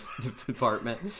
department